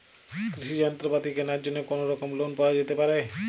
কৃষিযন্ত্রপাতি কেনার জন্য কোনোরকম লোন পাওয়া যেতে পারে?